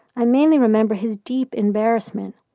i mainly remember his deep embarrassment.